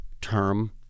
term